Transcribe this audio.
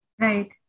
Right